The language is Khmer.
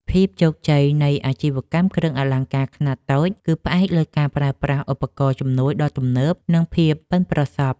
ភាពជោគជ័យនៃអាជីវកម្មគ្រឿងអលង្ការខ្នាតតូច គឺផ្អែកលើការប្រើប្រាស់ឧបករណ៍ជំនួយដ៏ទំនើប និង ភាពប៉ិនប្រសប់។